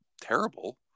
terrible